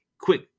quick